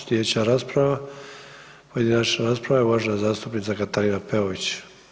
Slijedeća rasprava, pojedinačna rasprava je uvažena zastupnica Katarina Peović.